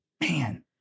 man